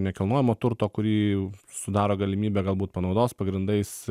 nekilnojamo turto kurį sudaro galimybę galbūt panaudos pagrindais